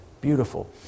Beautiful